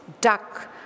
duck